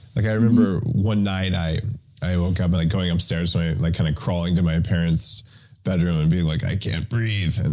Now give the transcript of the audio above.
like i remember one night i i woke up, and going upstairs, kinda like kind of crawling to my parent's bedroom, and being like, i can't breathe. and